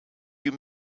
you